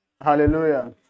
Hallelujah